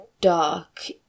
dark